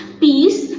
peace